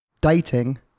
dating